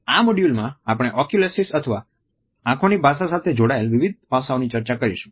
આ મોડ્યુલમાં આપણે ઓક્યુલેસિક્સ અથવા આંખોની ભાષા સાથે જોડાયેલા વિવિધ પાસાંઓની ચર્ચા કરીશું